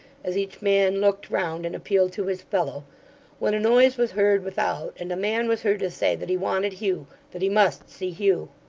as each man looked round and appealed to his fellow when a noise was heard without, and a man was heard to say that he wanted hugh that he must see hugh.